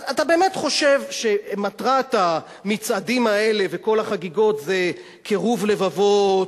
אתה באמת חושב שמטרת המצעדים האלה וכל החגיגות זה קירוב לבבות,